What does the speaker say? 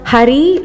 Hari